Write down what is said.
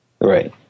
Right